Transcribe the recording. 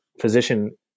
physician